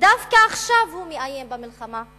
ודווקא עכשיו מאיים במלחמה.